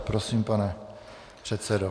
Prosím, pane předsedo.